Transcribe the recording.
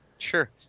Sure